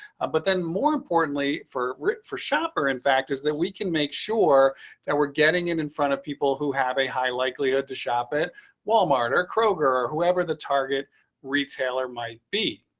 but then more importantly for for shopper. in fact is that we can make sure that we're getting in in front of people who have a high likelihood to shop at walmart or kroger, or whoever the target retailer might be